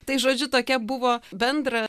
tai žodžiu tokia buvo bendra